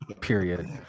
period